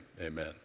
Amen